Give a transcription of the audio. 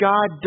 God